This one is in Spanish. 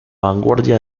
vanguardia